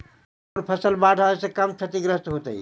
कौन फसल बाढ़ आवे से कम छतिग्रस्त होतइ?